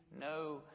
no